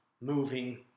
moving